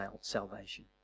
salvation